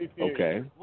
okay